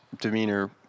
demeanor